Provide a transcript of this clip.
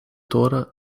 toren